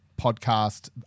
podcast